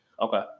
Okay